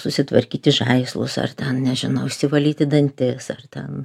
susitvarkyti žaislus ar ten nežinau išsivalyti dantis ar ten